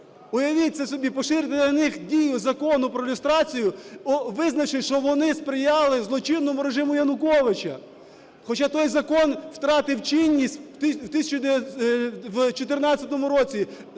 уявіть це собі – поширити на них дію Закону про люстрацію, визначить, що вони сприяли злочинному режиму Януковича, хоча той закон втратив чинність в 2014 році,